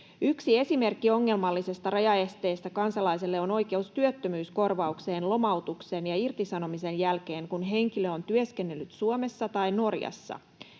Yksi esimerkki ongelmallisista rajaesteistä kansalaiselle on oikeus työttömyyskorvaukseen lomautuksen ja irtisanomisen jälkeen, kun henkilö on työskennellyt Suomessa tai Norjassa.